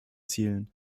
zielen